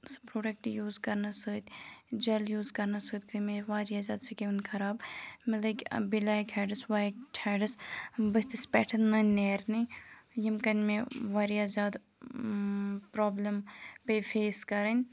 سُہ product use کَرںہٕ سۭتۍ جَل یوٗز کَرنہٕ سۭتۍ گٔے مےٚ واریاہ زیادٕ سِکِن خراب مےٚ لٔگۍ بٕلیک ہٮ۪ڈٕز وایِٹ ہٮ۪ڈٕز بٔتھِس پٮ۪ٹھ نٔنۍ نیرنہِ یِم کَنۍ مےٚ واریاہ زیادٕ پرٛابلِم پیٚیہِ فیس کَرٕنۍ